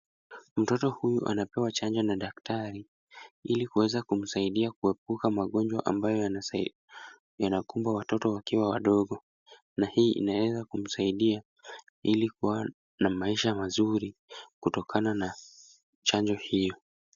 Mtoto huyu anapewa chanjo na daktari ili kuweza kumsaidia kuepuka magonjwa ambayo yanakumba watoto wakiwa wadogo na hii inaweza kumsaidia ili kuwa na maisha mazuri kutokana na chanjo hiyo.